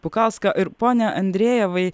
pukauską ir pone andrejevai